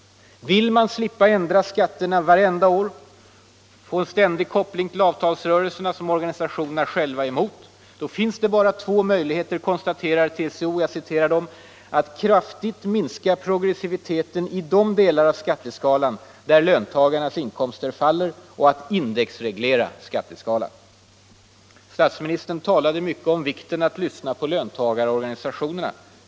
Vill man slippa att ändra skatterna varje år och ha en ständig koppling till avtalsrörelserna, vilket organisationerna själva är emot, finns bara två möjligheter konstaterar TCO, nämligen att kraftigt minska progressiviteten i de delar av skatteskalan där löntagarnas inkomster faller och att indexreglera skatteskalan. I sitt anförande tidigare i dag talade statsministern mycket om vikten av att lyssna på löntagarorganisationerna.